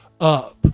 up